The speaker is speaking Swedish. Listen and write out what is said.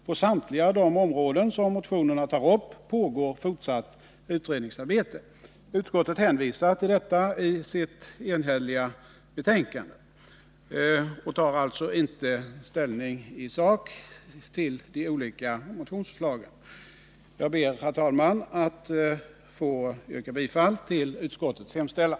På samtliga de områden som motionerna tar upp pågår fortsatt utredningsarbete. Utskottet hänvisar till detta i sitt enhälliga betänkande och tar alltså inte ställning i sak till de olika motionsförslagen. Jag ber, herr talman, att få yrka bifall till utskottets hemställan.